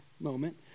moment